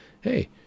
hey